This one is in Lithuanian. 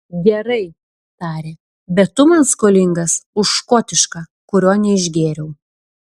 gerai tarė bet tu man skolingas už škotišką kurio neišgėriau